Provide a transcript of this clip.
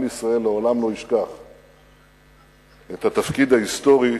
עם ישראל לעולם לא ישכח את התפקיד ההיסטורי